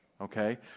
okay